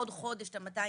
עוד חודש על ה-230,